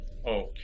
Okay